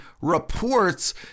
reports